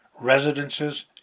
residences